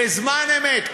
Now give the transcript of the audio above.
בזמן אמת,